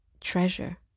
treasure